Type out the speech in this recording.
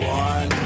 one